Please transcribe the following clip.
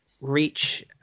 reach